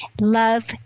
Love